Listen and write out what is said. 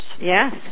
Yes